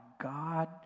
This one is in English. God